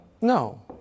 No